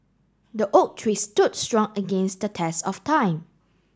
the oak tree stood strong against the test of time